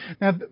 Now